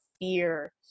fear